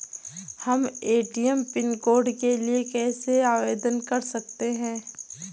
हम ATM pin code के लिए कैसे आवेदन कर सकते हैं?